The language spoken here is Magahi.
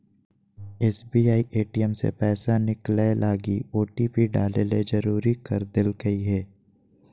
एस.बी.आई ए.टी.एम से पैसा निकलैय लगी ओटिपी डाले ले जरुरी कर देल कय हें